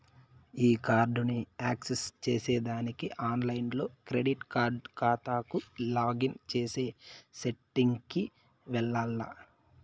ఈ కార్డుని యాక్సెస్ చేసేదానికి ఆన్లైన్ క్రెడిట్ కార్డు కాతాకు లాగిన్ చేసే సెట్టింగ్ కి వెల్లాల్ల